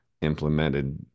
implemented